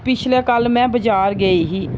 पिछले कल्ल में बजार गेई ही